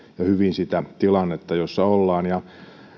hyvin sitä tilannetta jossa ollaan